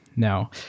No